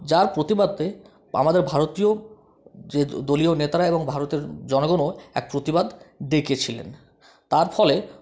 যার প্রতিবাদে আমাদের ভারতীয় যে দলীয় নেতারা এবং ভারতের জনগণও এক প্রতিবাদ ডেকেছিলেন তার ফলে